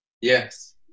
Yes